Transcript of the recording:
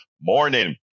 morning